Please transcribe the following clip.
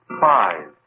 Five